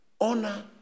Honor